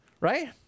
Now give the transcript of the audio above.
right